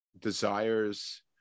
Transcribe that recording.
desires